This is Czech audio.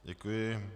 Děkuji.